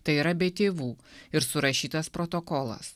tai yra be tėvų ir surašytas protokolas